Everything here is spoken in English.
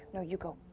you know you go.